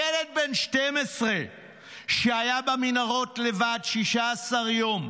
ילד בן 12 שהיה במנהרות לבד 16 יום,